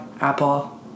Apple